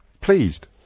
pleased